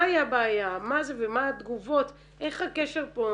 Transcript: מה הייתה הבעיה, מה התגובות, איך הקשר פה